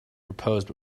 proposed